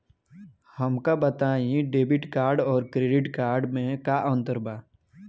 हमका बताई debit card और क्रेडिट कार्ड में का अंतर बा?